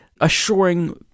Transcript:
assuring